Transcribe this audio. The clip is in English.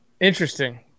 Interesting